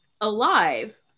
alive